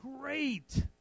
great